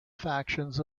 factions